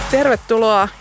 Tervetuloa